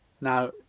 Now